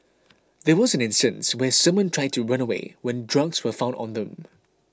there was an instance where someone tried to run away when drugs were found on them